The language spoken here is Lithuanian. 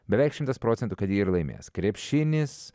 beveik šimtas procentų kad ji ir laimės krepšinis